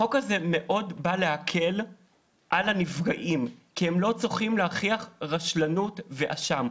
החוק הזה מאוד בא להקל על הנפגעים כי הם לא צריכים להוכיח רשלנות ואשם.